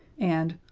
and,